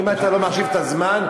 אם אתה לא מחשיב את הזמן,